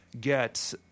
get